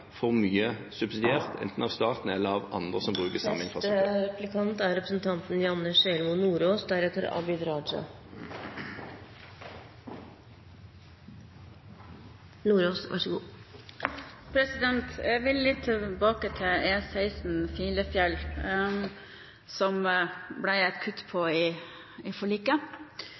mye subsidiert enten av staten eller andre som bruker samme infrastruktur. Jeg vil tilbake til E16 Filefjell, som det ble et kutt på i forliket. Det prosjektledelsen sier, er at prosjektet er